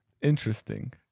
Interesting